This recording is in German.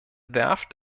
werft